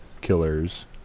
killers